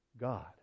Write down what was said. God